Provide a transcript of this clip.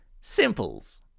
Simples